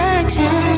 action